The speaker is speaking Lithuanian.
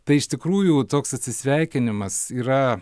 tai iš tikrųjų toks atsisveikinimas yra